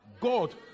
God